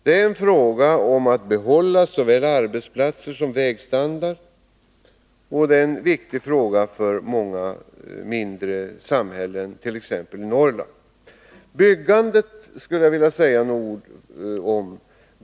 Det är fråga om att behålla såväl arbetsplatser som vägstandard, och det är en viktig fråga för många mindre samhällen i t.ex. Norrland. Vägbyggandet skulle jag också vilja säga några ord om.